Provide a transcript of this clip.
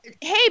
Hey